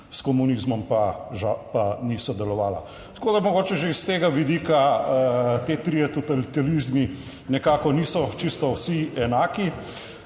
s komunizmom pa ni sodelovala. Tako da mogoče že iz tega vidika ti trije totalitarizmi nekako niso čisto vsi enaki.